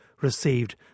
Received